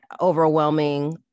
overwhelming